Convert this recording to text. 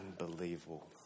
unbelievable